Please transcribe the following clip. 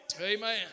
Amen